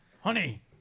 honey